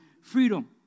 Freedom